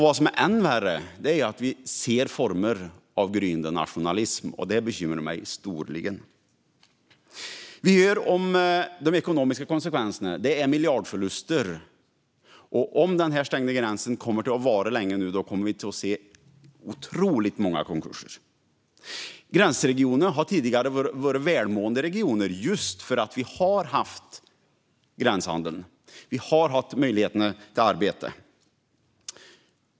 Vad som är än värre är att vi ser former av gryende nationalism. Det bekymrar mig storligen. De ekonomiska konsekvenserna är miljardförluster. Om stängningen av gränsen kommer att vara längre kommer det att ske otroligt många konkurser. Gränsregionerna har tidigare varit välmående just för att vi har haft gränshandeln och möjligheterna till arbete.